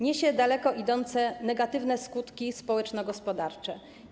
Niesie ze sobą daleko idące negatywne skutki społeczno-gospodarcze.